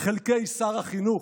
חלקי שר החינוך.